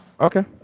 Okay